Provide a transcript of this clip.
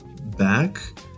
back